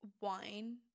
wine